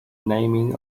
naming